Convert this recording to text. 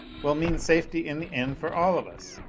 will mean safety in the end for all of us.